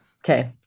Okay